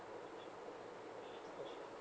okay